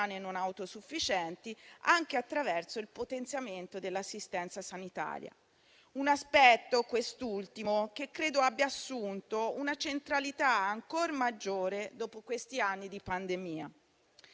non autosufficienti, anche attraverso il potenziamento dell'assistenza sanitaria. Un aspetto - quest'ultimo - che credo abbia assunto una centralità ancora maggiore dopo questi anni di pandemia.